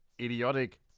idiotic